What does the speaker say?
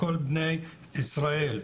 כל בני ישאל,